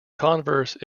converse